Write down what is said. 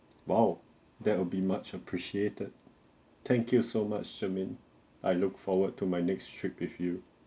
!wow! that will be much appreciated thank you so much jermaine I look forward to my next trip with you